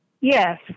yes